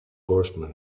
horsemen